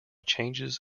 changes